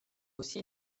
aussi